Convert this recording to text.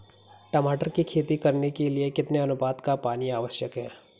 टमाटर की खेती करने के लिए कितने अनुपात का पानी आवश्यक है?